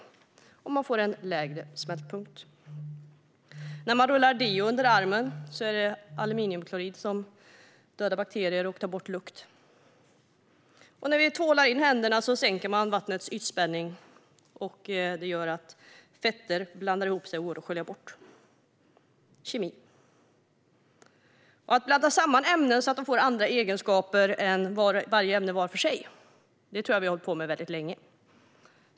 Man får en lägre smältpunkt. När vi rullar deo under armen är det aluminiumklorid som dödar bakterier och tar bort lukt. När vi tvålar in händerna sänks vattnets ytspänning, och det gör att fetter blandar ihop sig och kan sköljas bort. Det är kemi. Att blanda samman ämnen så att de får andra egenskaper än varje ämne vart för sig har vi hållit på med länge.